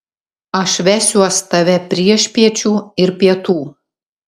aš vesiuos tave priešpiečių ir pietų